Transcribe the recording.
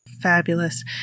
fabulous